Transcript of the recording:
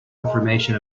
information